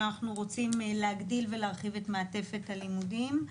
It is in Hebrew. אנחנו רוצים להגדיל ולהרחיב את מעטפת הלימודים,